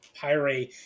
Pyre